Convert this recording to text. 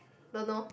don't know